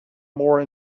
more